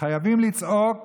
חייבים לצעוק